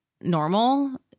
normal